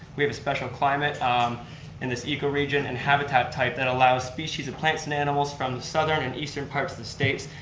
we have a special climate um in this eco region and habitat type that allows species of plants and animals from southern and eastern parts of the states.